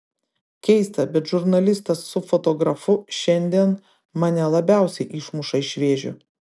keista bet žurnalistas su fotografu šiandien mane labiausiai išmuša iš vėžių